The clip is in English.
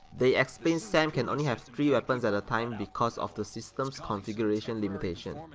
they explained sam can only have three weapons at a time because of the system's configuration limitation,